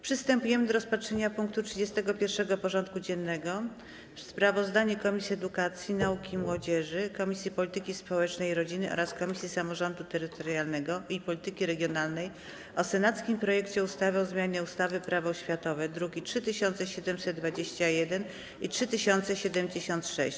Przystępujemy do rozpatrzenia punktu 31. porządku dziennego: Sprawozdanie Komisji Edukacji, Nauki i Młodzieży, Komisji Polityki Społecznej i Rodziny oraz Komisji Samorządu Terytorialnego i Polityki Regionalnej o senackim projekcie ustawy o zmianie ustawy Prawo oświatowe (druki nr 3721 i 3776)